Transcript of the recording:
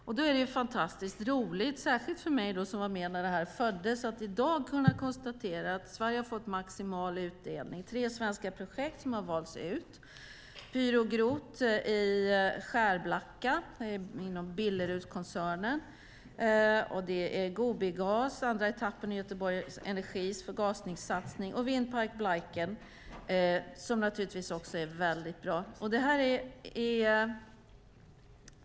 Det är fantastiskt roligt, särskilt för mig som var med när det föddes, att i dag kunna konstatera att Sverige har fått maximal utdelning. Det är tre svenska projekt som har valts ut. Det är Pyrogrot i Skärblacka inom Billerudskoncernen. Det är Gobigas, andra etappen, i Göteborg Energis förgasningssatsning. Det är Vindpark Blaiken, som också är väldigt bra.